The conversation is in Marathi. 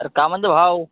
अरंं का म्हणते भाऊ